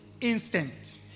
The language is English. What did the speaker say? instant